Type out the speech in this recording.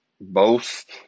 boast